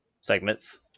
segments